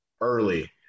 early